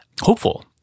hopeful